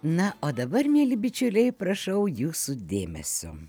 na o dabar mieli bičiuliai prašau jūsų dėmesio